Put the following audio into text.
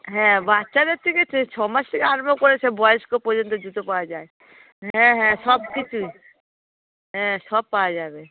হ্যাঁ বাচ্চাদের থেকে সে ছ মাস থেকে আঠেরোর উপরে সব বয়স্ক পর্যন্ত জুতো পাওয়া যায় হ্যাঁ হ্যাঁ সব কিছুই হ্যাঁ সব পাওয়া যাবে